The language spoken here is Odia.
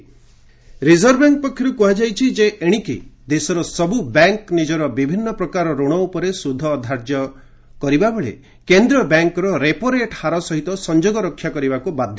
ଆର୍ବିଆଇ ରିଜର୍ଭବ୍ୟାଙ୍କ ପକ୍ଷରୁ କୁହାଯାଇଛି ଯେ ଏଶିକି ଦେଶର ସବୁ ବ୍ୟାଙ୍କ ନିଜର ବିଭିନ୍ନ ପ୍ରକାର ଋଣ ଉପରେ ସୁଧ ଧାର୍ଯ୍ୟ କରିବାବେଳେ କେନ୍ଦ୍ରୀୟ ବ୍ୟାଙ୍କର ରେପୋରେଟ୍ ହାର ସହିତ ସଂଯୋଗ ରକ୍ଷା କରିବାକୁ ବାଧ୍ୟ